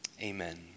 amen